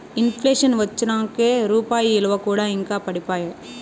in ప్లేషన్ వచ్చినంకే రూపాయి ఇలువ కూడా ఇంకా పడిపాయే